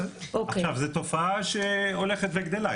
עכשיו, זו תופעה שהולכת וגדלה.